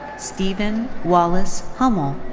stephen wallace hummel.